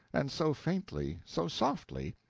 and so faintly, so softly,